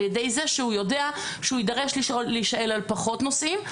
ידי זה שהוא יודע שהוא יידרש להישאל על פחות נושאים.